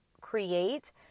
create